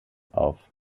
auf